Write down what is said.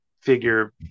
figure